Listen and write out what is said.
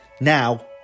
Now